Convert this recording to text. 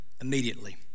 immediately